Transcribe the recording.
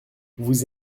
vous